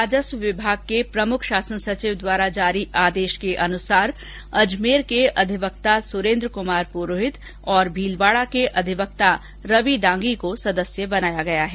राजस्व विभाग के प्रमुख शासन सचिव द्वारा जारी आदेश के अनुसार अजमेर के अधिवक्ता सुरेन्द्र कुमार पुरोहित और भीलवाड़ा के अधिवक्ता रवि डांगी को सदस्य बनाया गया है